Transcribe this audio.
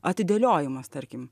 atidėliojimas tarkim